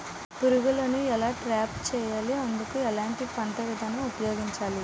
పురుగులను ఎలా ట్రాప్ చేయాలి? అందుకు ఎలాంటి పంట విధానం ఉపయోగించాలీ?